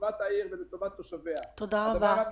לטובת העיר ולטובת תושביה -- תודה רבה.